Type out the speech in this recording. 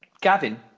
Gavin